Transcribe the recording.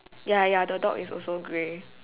ya ya the dog is also grey